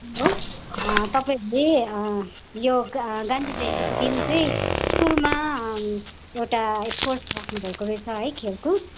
हो तपाईंहरूले यो गा गान्धी जयन्तीको दिन चाहिँ स्कुलमा एउटा स्पोर्ट्स राख्नुभएको रहेछ है खेलकुद